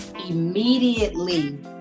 Immediately